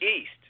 East